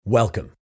Welcome